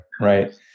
right